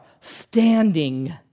standing